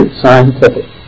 scientific